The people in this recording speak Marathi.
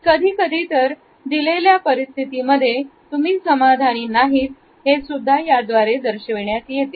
कधी कधी तर दिलेल्या परिस्थितीमध्ये तुम्ही समाधानी नाहीत हेसुद्धा याद्वारे दर्शविण्यात येते